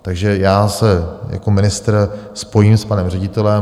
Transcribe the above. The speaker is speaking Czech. Takže já se jako ministr spojím s panem ředitelem.